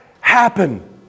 happen